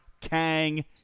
Kang